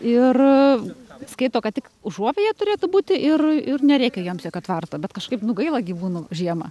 ir skaito kad tik užuovėja turėtų būti ir ir nereikia joms jokio tvarto bet kažkaip nu gaila gyvūnų žiemą